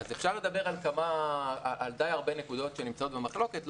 אפשר לדבר על די הרבה נקודות שנמצאות במחלוקת.